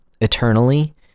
eternally